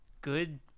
good